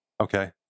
Okay